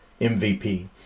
MVP